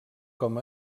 com